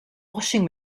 washing